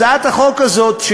הצעת החוק הזאת,